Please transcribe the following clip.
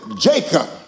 Jacob